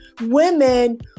women